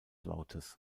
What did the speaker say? lautes